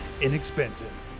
inexpensive